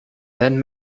then